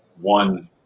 one-